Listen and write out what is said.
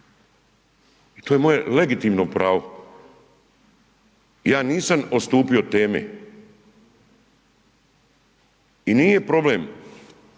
I to je moje legitimno pravo, ja nisam odstupio od teme. I nje problem